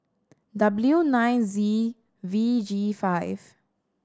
W nine Z V G five